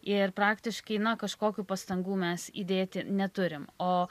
ir praktiškai na kažkokių pastangų mes įdėti neturim o